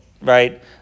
right